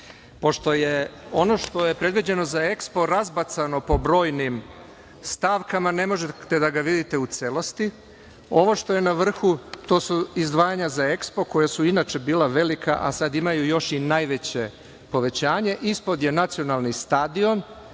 Pošto je ono što je predviđeno za EKSPO razbacano po brojnim stavkama, ne možete da ga vidite u celosti. Ovo što je na vrhu su izdvajanja za EKSPO koja su inače bila velika, a sada imaju još najveće povećanje. Ispod je nacionalni stadion